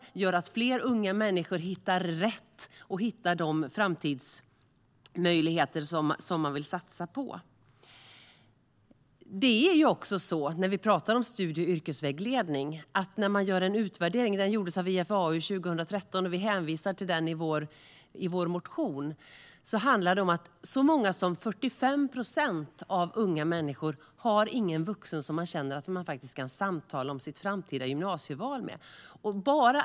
Det gör att fler unga människor hittar rätt och hittar de framtidsmöjligheter som de vill satsa på. Vi pratar om studie och yrkesvägledning. En utvärdering gjordes av IFAU 2013 - vi hänvisar till den i vår motion. Så många som 45 procent av unga människor har ingen vuxen som de känner att de kan samtala med om sitt framtida gymnasieval.